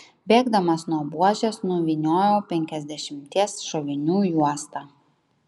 bėgdamas nuo buožės nuvyniojau penkiasdešimties šovinių juostą